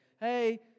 hey